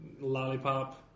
Lollipop